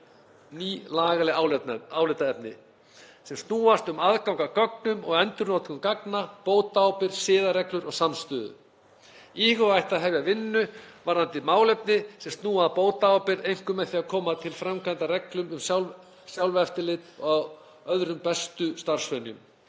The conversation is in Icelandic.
ný lagaleg álitaefni sem snúast um aðgang að gögnum og endurnotkun gagna, bótaábyrgð, siðareglur og samstöðu. Íhuga ætti að hefja vinnu varðandi málefni sem snúa að bótaábyrgð, einkum með því að koma til framkvæmda reglum um sjálfseftirlit og öðrum bestu starfsvenjum,